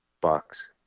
bucks